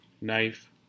knife